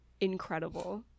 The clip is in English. incredible